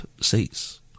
seats